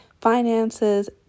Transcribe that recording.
finances